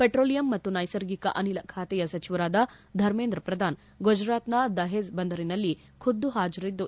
petroleum ಮತ್ತು ನೈಸರ್ಗಿಕ ಅನಿಲ ಖಾತೆಯ ಸಚಿವರಾದ ಧರ್ಮೇಂದ್ರ ಪ್ರಧಾನ್ ಗುಜರಾತ್ನ ದಹೇಜ್ ಬಂದರಿನಲ್ಲಿ ಖುದ್ದು ಹಾಜರಿದ್ದು